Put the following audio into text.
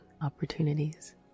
opportunities